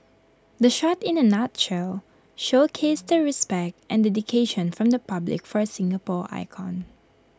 the shot in A nutshell showcased the respect and the dedication from the public for A Singapore icon